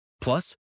Plus